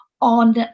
on